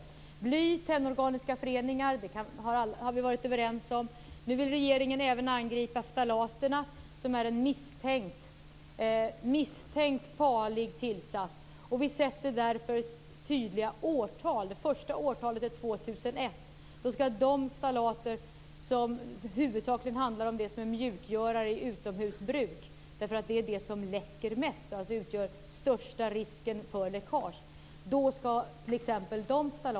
Det gäller bly och tennorganiska föreningar, och det har vi varit överens om. Nu vill regeringen även angripa ftalaterna, som är en misstänkt farlig tillsats. Vi sätter därför tydliga årtal. Det första årtalet är 2001. Då skall t.ex. de ftalater som huvudsakligen fungerar som mjukgörare vid utomhusbruk vara borta. Det är de som läcker mest, och utgör största risken för läckage.